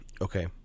okay